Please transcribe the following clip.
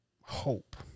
hope